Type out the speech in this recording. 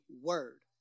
word